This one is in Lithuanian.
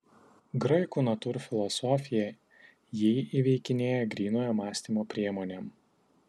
graikų natūrfilosofija jį įveikinėja grynojo mąstymo priemonėm